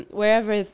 wherever